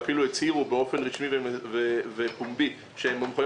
ואפילו הצהירו באופן רשמי ופומבי שהם מוכנים